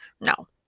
No